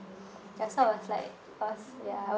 ya so I was like I was ya I was